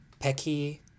pecky